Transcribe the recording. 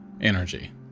energy